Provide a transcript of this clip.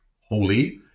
holy